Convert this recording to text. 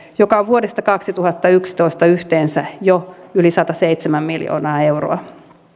joka on vuodesta kaksituhattayksitoista yhteensä jo yli sataseitsemän miljoonaa euroa